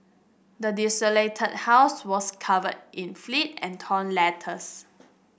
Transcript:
the desolated house was covered in filth and torn letters